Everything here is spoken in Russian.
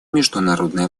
международная